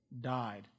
died